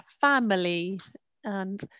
family—and